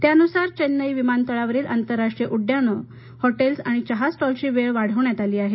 त्यानुसार चेन्नई विमानतळावरील आंतरराष्ट्रीय उड्डाणे आणि हॉटेल्स आणि चहा स्टॉल्सची वेळ वाढवण्यात आली आहे